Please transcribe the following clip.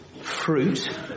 fruit